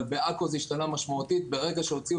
אבל בעכו זה השתנה משמעותית ברגע שהוציאו